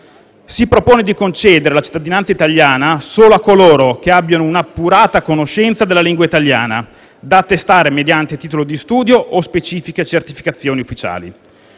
Si propone di concedere la cittadinanza italiana solo a coloro che abbiano un'appurata conoscenza della lingua italiana, da attestare mediante titolo di studio o specifiche certificazioni ufficiali.